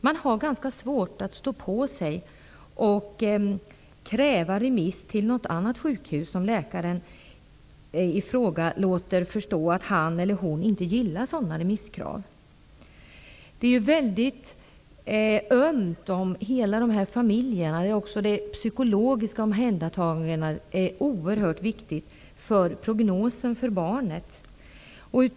Man har ganska svårt att stå på sig och kräva remiss till något annat sjukhus, om läkaren i fråga låter förstå att han eller hon inte gillar sådana remisskrav. Det psykologiska omhändertagandet är också oerhört viktigt för prognosen för barnet.